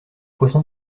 poisson